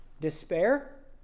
Despair